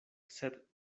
sed